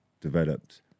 developed